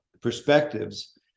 perspectives